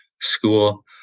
school